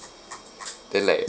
then like